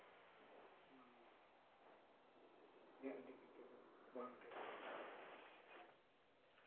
ᱚᱱᱟᱦᱚᱸ ᱤᱧᱟᱹᱜ ᱤᱫᱤ ᱠᱟᱛᱮ ᱫᱚ ᱵᱟᱝ ᱴᱷᱤᱠᱟ